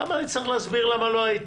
למה אני צריך להסביר למה לא הייתי.